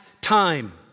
time